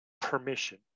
permission